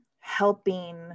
helping